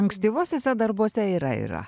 ankstyvuosiuose darbuose yra yra